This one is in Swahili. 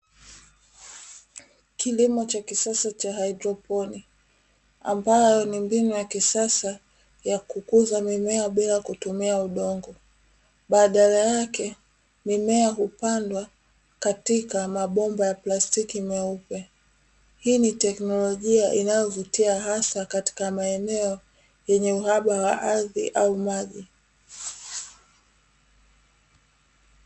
Kilimo cha kisasa cha haidroponi. Ambayo ni mbinu ya kisasa ya kukuza mimea bila kutumia udongo, badala yake mimea hupandwa katika mabomba ya plastiki meupe. Hii ni teknolojia inayovutia hasa katika maeneo yenye uhaba wa ardhi au maji.